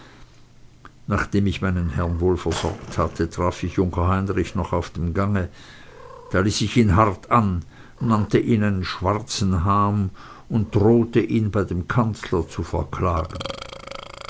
nachdem ich meinen herrn wohl versorgt hatte traf ich junker heinrich noch auf dem gange da ließ ich ihn hart an nannte ihn einen schwarzen ham und drohte ihn bei dem kanzler zu verklagen